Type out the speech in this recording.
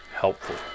helpful